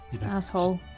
Asshole